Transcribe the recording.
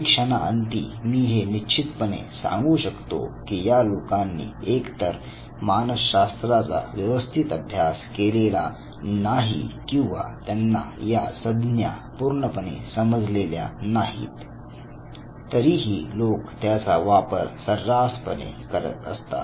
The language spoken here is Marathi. निरीक्षणाअंती मी हे निश्चितपणे सांगू शकतो कि या लोकांनी एक तर मानसशास्त्राचा व्यवस्थित अभ्यास केलेला नाही किंवा त्यांना या सज्ञा पूर्णपणे समजलेल्या नाहीत तरीही लोक त्याचा वापर सर्रासपणे करतात